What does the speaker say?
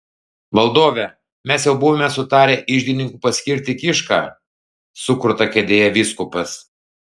valdove mes jau buvome sutarę iždininku paskirti kišką sukruta kėdėje vyskupas